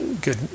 good